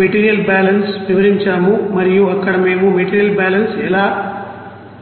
material balance వివరించాము మరియు అక్కడ మేము మెటీరియల్ బ్యాలెన్స్ ఎలా వివరించాము